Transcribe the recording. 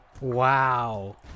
wow